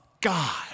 God